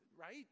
right